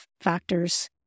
factors